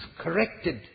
corrected